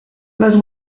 les